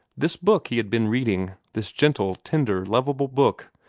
this book he had been reading this gentle, tender, lovable book,